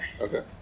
Okay